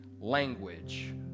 language